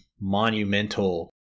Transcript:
monumental